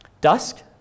Dusk